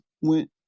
went